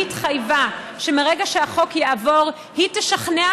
והיא התחייבה שמרגע שהחוק יעבור היא תשכנע